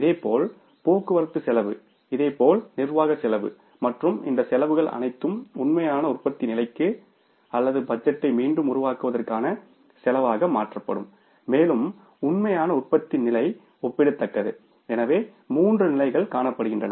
இதேபோல் shipping cost இதேபோல் நிர்வாகச் செலவு மற்றும் இந்த செலவுகள் அனைத்தும் உண்மையான உற்பத்தி நிலைக்கு அல்லது பட்ஜெட்டை மீண்டும் உருவாக்குவதற்கான செலவாக மாற்றப்படும் மேலும் உண்மையான உற்பத்தி நிலைக்கு ஒப்பிடத்தக்கது எனவே மூன்று நிலைகள் காணப்படுகின்றன